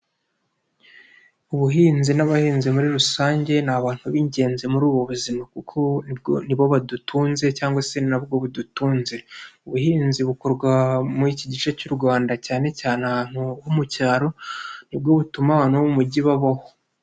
Ubuhinzi n'abahinzi muri rusange ni abantu b'ingenzi muri ubu buzima kuko nibo badutunze cyangwa se ni nabwo budutunze, ubuhinzi bukorwa muri iki gice cy'u Rwanda cyane cyane ahantu ho mu cyaro, nibwo butuma abantu bo mu mujyi babaho.